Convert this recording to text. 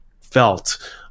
felt